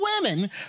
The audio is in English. women